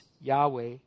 Yahweh